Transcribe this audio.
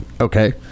okay